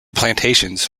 plantations